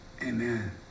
Amen